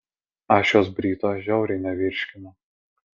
aš jos bryto žiauriai nevirškinu